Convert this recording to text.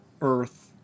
Earth